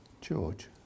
George